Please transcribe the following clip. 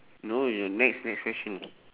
no your next next question